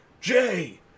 Jay